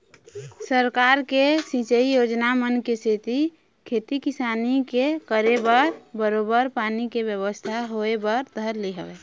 सरकार के सिंचई योजना मन के सेती खेती किसानी के करे बर बरोबर पानी के बेवस्था होय बर धर ले हवय